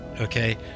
Okay